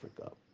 Africa